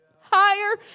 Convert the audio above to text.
Higher